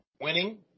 winning